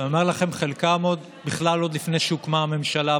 ואני אומר לכם שחלקם בכלל עוד לפני שהוקמה הממשלה,